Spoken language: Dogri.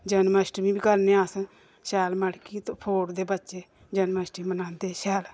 जन्मअष्टमी बी करने आं अस शैल मटकी फोड़दे बच्चे जन्मअष्टमी मनांदे शैल